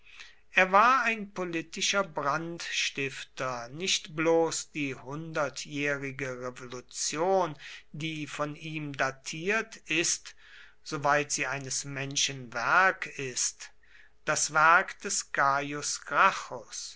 er war ein politischer brandstifter nicht bloß die hundertjährige revolution die von ihm datiert ist soweit sie eines menschen werk ist das werk des